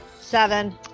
Seven